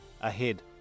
ahead